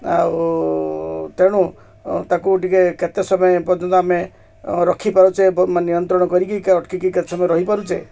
ଆଉ ତେଣୁ ତାକୁ ଟିକେ କେତେ ସମୟ ପର୍ଯ୍ୟନ୍ତ ଆମେ ରଖିପାରୁଛେ ବା ମାନେ ନିୟନ୍ତ୍ରଣ କରିକି ଅଟକି କେତେ ସମୟ ରହିପାରୁଛେ